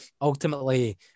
ultimately